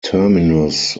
terminus